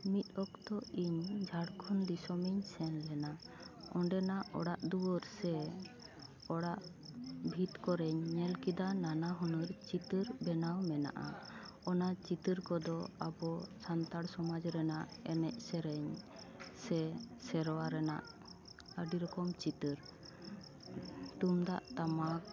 ᱢᱤᱫ ᱚᱠᱛᱚ ᱤᱧ ᱡᱷᱟᱲᱠᱷᱚᱸᱰ ᱫᱤᱥᱚᱢ ᱤᱧ ᱥᱮᱱ ᱞᱮᱱᱟ ᱚᱸᱰᱮᱱᱟᱜ ᱚᱲᱟᱜ ᱫᱩᱭᱟᱹᱨ ᱥᱮ ᱚᱲᱟᱜ ᱵᱷᱤᱛ ᱠᱚᱨᱮᱧ ᱧᱮᱞ ᱠᱮᱫᱟ ᱱᱟᱱᱟ ᱦᱩᱱᱟᱹᱨ ᱪᱤᱛᱟᱹᱨ ᱵᱮᱱᱟᱣ ᱢᱮᱱᱟᱜᱼᱟ ᱚᱱᱟ ᱪᱤᱛᱟᱹᱨ ᱠᱚᱫᱚ ᱟᱵᱚ ᱥᱟᱱᱛᱟᱲ ᱥᱚᱢᱟᱡᱽ ᱨᱮᱱᱟᱜ ᱮᱱᱮᱡ ᱥᱮᱨᱮᱧ ᱥᱮ ᱥᱮᱨᱣᱟ ᱨᱮᱱᱟᱜ ᱟᱹᱰᱤ ᱨᱚᱠᱚᱢ ᱪᱤᱛᱟᱹᱨ ᱛᱩᱢᱫᱟᱜ ᱴᱟᱢᱟᱠ